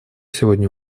сегодня